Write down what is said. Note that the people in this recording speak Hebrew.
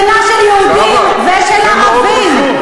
זו מדינה של יהודים ושל ערבים.